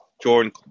Jordan